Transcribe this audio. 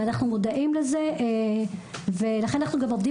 ואנחנו מודעים לזה ולכן אנחנו גם עובדים